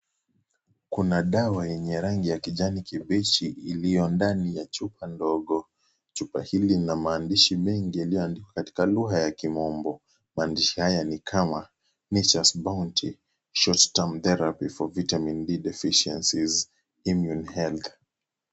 Kuna dawa yenye rangi ya kijani kibichi iliyo ndani ya chupa ndogo, chupa hili linamaandishi mengi iliyoandikwa katika lugha ya kimombo , maandishi haya ni kama; natures bounty short term therapy for vitamin D deficiencies immune health .